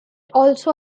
also